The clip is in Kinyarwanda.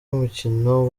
umukino